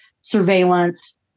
surveillance